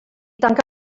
tanca